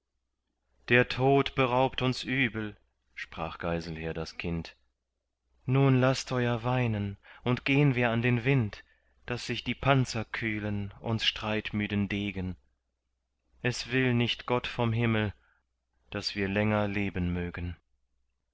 der tod beraubt uns übel sprach geiselher das kind nun laßt euer weinen und gehn wir an den wind daß sich die panzer kühlen uns streitmüden degen es will nicht gott vom himmel das wir länger leben mögen